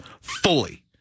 Fully